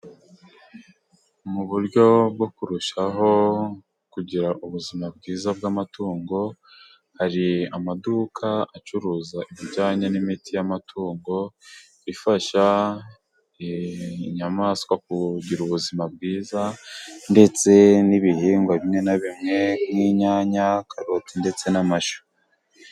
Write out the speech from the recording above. Mu buryo bwo kurushaho kugira ubuzima bwiza bw'amatungo, hari amaduka acuruza ibijyanye n'imiti y'amatungo, ifasha inyamaswa kugira ubuzima bwiza ndetse n'ibihingwa bimwe na bimwe nk'inyanya, karoti ndetse n'amashu.